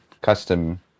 custom